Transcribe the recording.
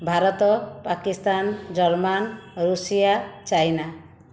Bharat Pakistan German Russia China